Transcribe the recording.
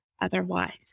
otherwise